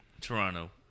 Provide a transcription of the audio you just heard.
Toronto